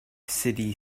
city